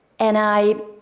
and i